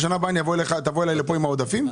כדי שבשנה הבאה תבוא אלי לכאן עם העודפים?